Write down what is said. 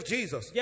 Jesus